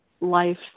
life